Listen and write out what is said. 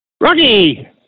Rocky